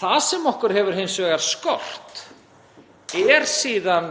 Það sem okkur hefur hins vegar skort er síðan